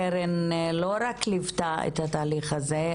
קרן לא רק ליוותה את התהליך הזה,